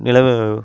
நிலவு